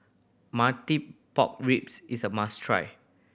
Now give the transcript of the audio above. martie pork ribs is a must try